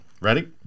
Ready